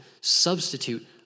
substitute